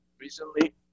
recently